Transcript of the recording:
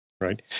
right